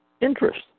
Interest